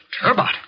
Turbot